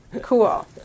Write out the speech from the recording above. Cool